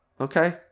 okay